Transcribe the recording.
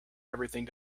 everything